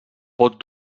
pot